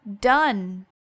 done